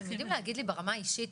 אתם יכולים להגיד לי ברמה האישית,